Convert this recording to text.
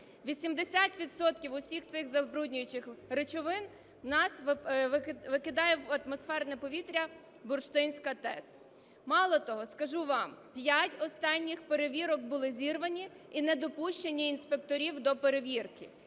усіх цих забруднюючих речовин в нас викидає в атмосферне повітря Бурштинська ТЕС. Мало того, скажу вам, п'ять останніх перевірок були зірвані і не допущено інспекторів до перевірки.